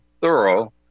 thorough